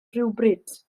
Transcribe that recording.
rhywbryd